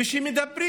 כשמדברים